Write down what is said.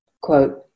Quote